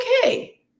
okay